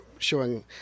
showing